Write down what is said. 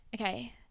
Okay